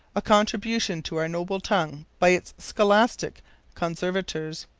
a contribution to our noble tongue by its scholastic conservators,